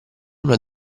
una